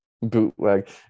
Bootleg